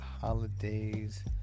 holidays